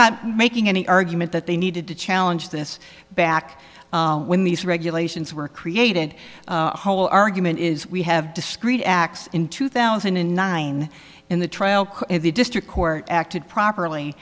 not making any argument that they needed to challenge this back when these regulations were created whole argument is we have discrete acts in two thousand and nine in the trial and the district court acted properly